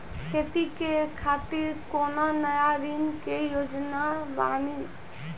खेती के खातिर कोनो नया ऋण के योजना बानी?